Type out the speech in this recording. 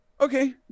Okay